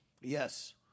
Yes